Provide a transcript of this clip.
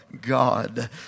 God